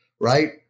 right